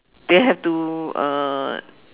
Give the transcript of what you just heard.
they have to uh